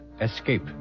Escape